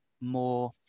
more